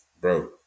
Bro